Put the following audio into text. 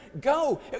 Go